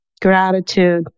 Gratitude